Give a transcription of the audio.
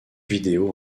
vidéos